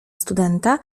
studenta